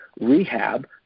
rehab